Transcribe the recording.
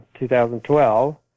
2012